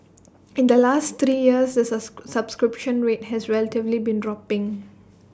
in the last three years the subscription rate has relatively been dropping